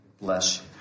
Bless